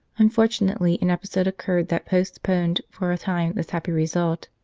unfortunately, an episode occurred that post poned for a time this happy result.